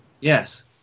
Yes